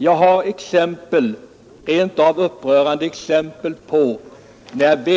Jag har rent av upprörande exempel på fall där